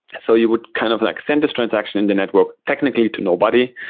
so you would kind of like send this transaction in the network technically to nobody.